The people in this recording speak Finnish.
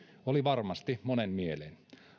oli varmasti monen mieleen